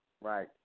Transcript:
right